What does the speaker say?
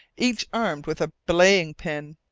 each armed with a belaying-pin.